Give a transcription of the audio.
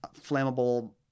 flammable